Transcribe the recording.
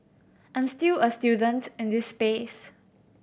I'm still a student in this space